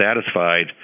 satisfied